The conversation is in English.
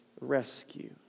rescue